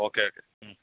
okay മ്